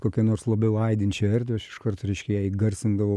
kokią nors labiau aidinčią erdvę aš iš kart reiškia ją įgarsindavau